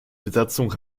besatzung